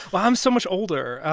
well, i'm so much older.